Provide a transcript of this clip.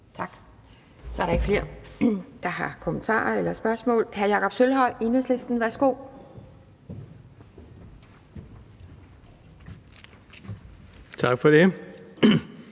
Tak. Der er ikke flere, der har kommentarer eller spørgsmål. Så er det hr. Jakob Sølvhøj, Enhedslisten. Værsgo. Kl.